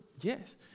Yes